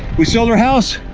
we sold our house,